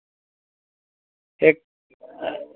ते